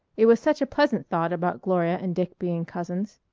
it was such a pleasant thought about gloria and dick being cousins.